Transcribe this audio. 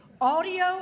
audio